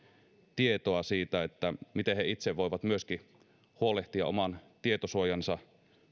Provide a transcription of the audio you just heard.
tietoa siitä miten he myöskin itse voivat huolehtia oman tietosuojansa